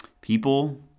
people